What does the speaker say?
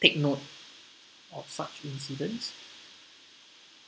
take note of such incidents